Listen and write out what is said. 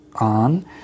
on